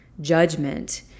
judgment